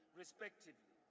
respectively